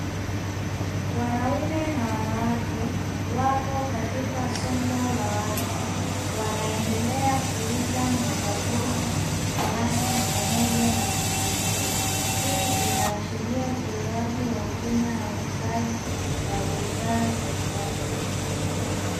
Wanaume na wanawake wapo katika soko la wazi, wanaendelea kuuza mbogamboga, nyanya, pamoja na vitunguu. Hii inaashiria utolewaji wa huduma ya uuzaji wa bidhaa sokoni.